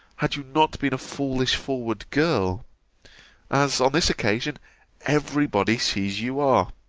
had you not been a foolish forward girl as on this occasion every body sees you are.